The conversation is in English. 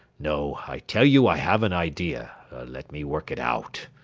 no, i tell you i have an idea let me work it out.